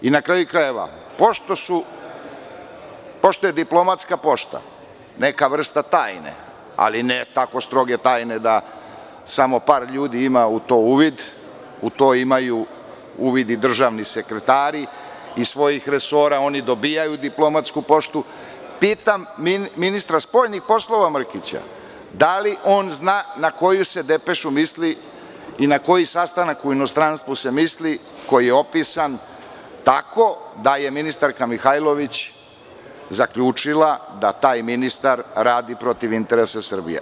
Na kraju krajeva, pošto je diplomatska pošta neka vrsta tajne, ali ne tako stroge tajne da samo par ljudi ima u to uvid, u to imaju uvid i državni sekretari iz svojih resora, oni dobijaju diplomatsku poštu, pitam ministra spoljnih poslova gospodina Mrkića da li zna na koju depešu se misli i na koji sastanak u inostranstvu se misli, koji je opisan tako da je ministarka Mihajlović zaključila da taj ministar radi protiv interesa Srbije?